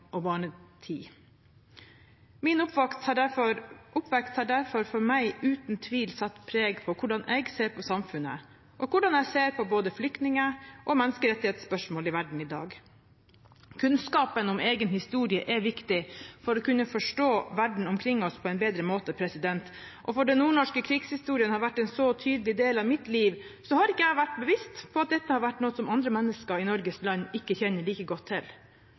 og barnetid. Min oppvekst har derfor for meg uten tvil satt preg på hvordan jeg ser på samfunnet, og hvordan jeg ser på både flyktninger og menneskerettighetsspørsmål i verden i dag. Kunnskapen om egen historie er viktig for å kunne forstå verden omkring oss på en bedre måte. Og fordi den nordnorske krigshistorien har vært en så tydelig del av mitt liv, har ikke jeg vært bevisst på at dette har vært noe som andre mennesker i Norges land ikke kjenner like godt til.